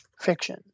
fiction